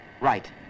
Right